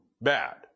bad